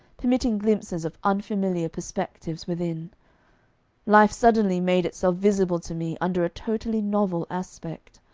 permitting glimpses of unfamiliar perspectives within life suddenly made itself visible to me under a totally novel aspect.